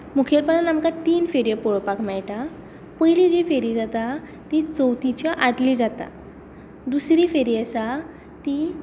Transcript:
मुखेलपणान आमकां तीन फेऱ्यो पळोवपाक मेळटा पयली जी फेरी जाता ती चवथीच्या आदली जाता दुसरी फेरी आसा ती